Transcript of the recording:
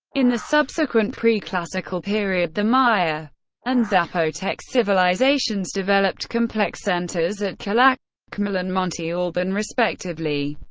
in the subsequent pre-classical period, the maya and zapotec civilizations developed complex centers at calakmul calakmul and monte alban, respectively.